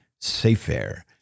Sefer